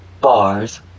bars